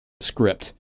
script